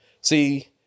See